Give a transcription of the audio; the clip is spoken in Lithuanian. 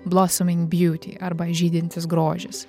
blosoming biuti arba žydintis grožis